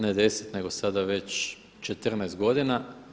Ne 10, nego sada već 14 godina.